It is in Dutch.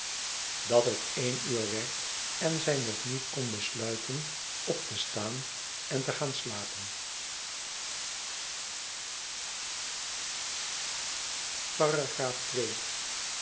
dat het één uur werd en zij nog niet kon besluiten op te staan en te gaan slapen